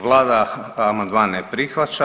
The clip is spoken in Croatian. Vlada amandman ne prihvaća.